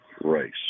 race